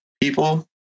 people